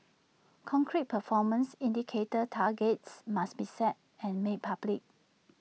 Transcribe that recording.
concrete performance indicator targets must be set and made public